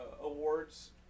awards